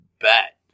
bet